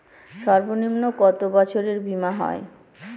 সর্বনিম্ন কত বছরের বীমার হয়?